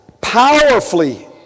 powerfully